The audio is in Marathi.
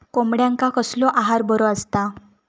कोंबड्यांका कसलो आहार बरो असता?